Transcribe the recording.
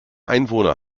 einwohner